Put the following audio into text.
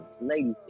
ladies